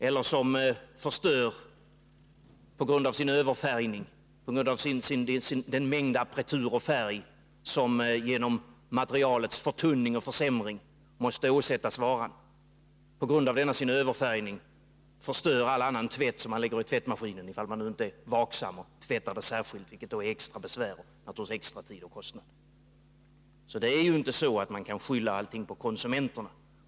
Det är också vanligt att plaggen, på grund av den mängd appretyr och färg som till följd av materialets förtunning och försämring måste åsättas varan, förstör all annan tvätt i tvättmaskinen, om man inte är vaksam och tvättar den separat, vilket är extra besvärligt och tar extra tid och kostnader. Man kan alltså inte skylla allting på konsumenterna.